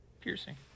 piercing